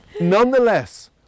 Nonetheless